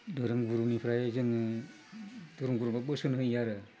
धोरोम गुरुनिफ्राय जोङो धोरोमगुरुफ्रा बोसोन होयो आरो